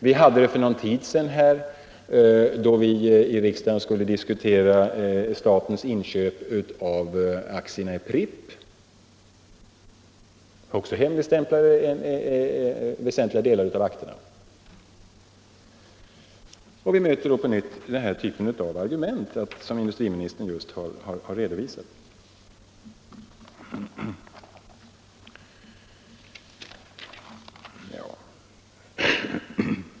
Vi hade det också för någon tid sedan då vi här i riksdagen diskuterade statens inköp av aktierna i Pripp - även då var väsentliga delar av akterna hemligstämplade — och vi möter nu på nytt den typen av argument, som industriministern just har redovisat.